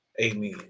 Amen